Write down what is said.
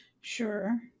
Sure